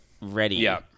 ready